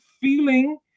feeling